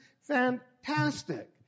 fantastic